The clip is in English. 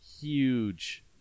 huge